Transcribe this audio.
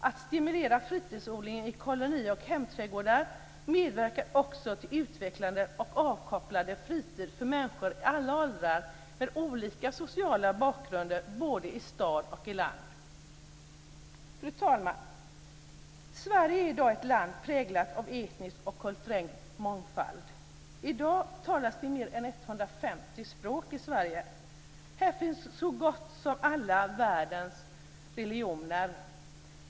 Att stimulera fritidsodlingen i koloni och hemträdgårdar medverkar också till en utvecklande och avkopplande fritid för människor i alla åldrar med olika sociala bakgrunder både i staden och på landet. Fru talman! Sverige är i dag ett land präglat av etnisk och kulturell mångfald. I dag talas det mer än 150 språk i Sverige. Här finns så gott som alla världens religioner.